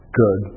good